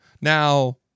Now